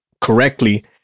correctly